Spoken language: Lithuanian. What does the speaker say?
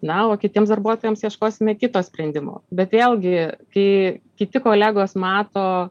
na o kitiems darbuotojams ieškosime kito sprendimo bet vėlgi kai kiti kolegos mato